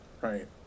Right